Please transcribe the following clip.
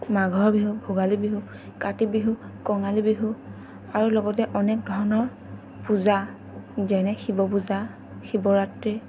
মাঘৰ বিহু ভোগালী বিহু কাতি বিহু কঙালী বিহু আৰু লগতে অনেক ধৰণৰ পূজা যেনে শিৱ পূজা শিৱৰাত্ৰী